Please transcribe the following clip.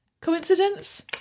Coincidence